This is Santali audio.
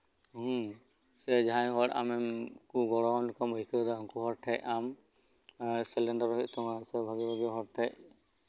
ᱦᱩᱸ ᱥᱮ ᱡᱟᱦᱟᱸᱭ ᱦᱚᱲ ᱟᱢ ᱠᱚ ᱜᱚᱲᱚᱣᱟᱢ ᱞᱮᱠᱟᱢ ᱟᱹᱭᱠᱟᱹᱣ ᱫᱟ ᱩᱱᱠᱩ ᱦᱚᱲ ᱴᱷᱮᱱ ᱟᱢ ᱥᱮᱞᱮᱱᱰᱟᱨ ᱦᱩᱭᱩᱜ ᱛᱟᱢᱟ ᱵᱷᱟᱜᱮᱼᱵᱷᱟᱜᱮ ᱦᱚᱲ ᱴᱷᱮᱡ